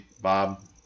Bob